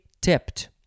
tipped